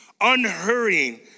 unhurrying